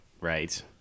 Right